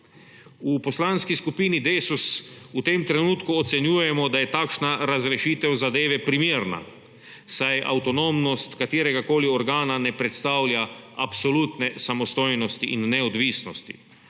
V Poslanski skupini DeSUS v tem trenutku ocenjujemo, da je takšna razrešitev zadeve primerna, saj avtonomnost kateregakoli organa ne predstavlja absolutne samostojnosti in neodvisnosti.